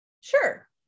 Sure